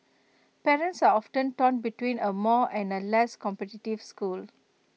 parents are often torn between A more and A less competitive school